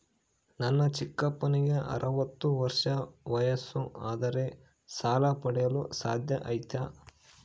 ನನ್ನ ಚಿಕ್ಕಪ್ಪನಿಗೆ ಅರವತ್ತು ವರ್ಷ ವಯಸ್ಸು ಆದರೆ ಸಾಲ ಪಡೆಯಲು ಸಾಧ್ಯ ಐತಾ?